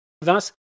Thus